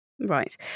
Right